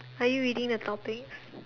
are you reading the topics